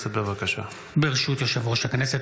ברשות יושב-ראש הכנסת,